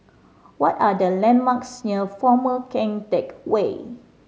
what are the landmarks near Former Keng Teck Whay